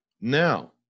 Now